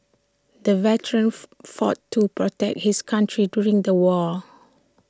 the veteran fought to protect his country during the war